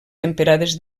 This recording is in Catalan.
temperades